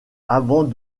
avant